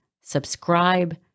subscribe